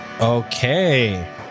Okay